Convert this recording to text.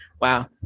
Wow